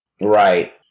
Right